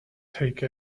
take